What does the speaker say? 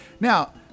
Now